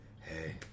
Hey